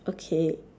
okay